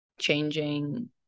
changing